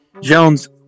Jones